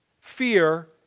fear